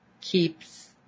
keeps